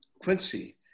Quincy